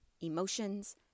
emotions